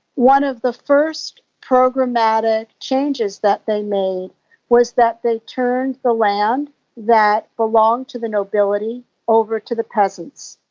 one of the first programmatic changes that they made was that they turned the land that belonged to the nobility over to the peasants.